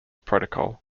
protocol